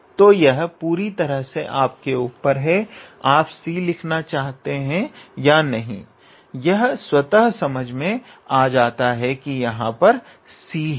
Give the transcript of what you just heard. तो यह पूरी तरह से आपके ऊपर है आप c लिखना चाहते हैं या नहीं यह स्वतः समझ में आ जाता है कि यहां पर c है